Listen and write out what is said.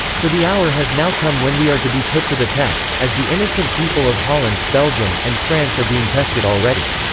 for the hour has now come when we are to be put to the test, as the innocent people of holland, belgium, and france are being tested already.